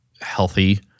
healthy